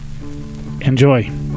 Enjoy